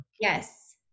Yes